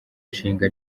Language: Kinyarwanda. nshinga